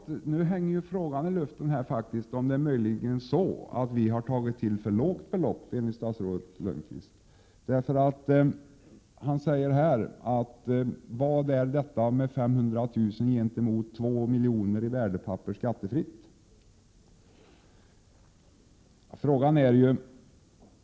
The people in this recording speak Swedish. Nu hänger frågan i luften, om vi möjligen har tagit till för lågt belopp, enligt statsrådet Lönnqvist. Han säger: Vad är 500 000 kr. gentemot 2 miljoner i värdepapper skattefritt?